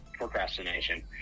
procrastination